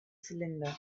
cylinder